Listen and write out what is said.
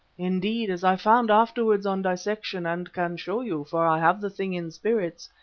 indeed, as i found afterwards on dissection, and can show you, for i have the thing in spirits,